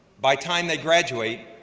by time they graduate,